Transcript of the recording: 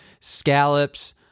scallops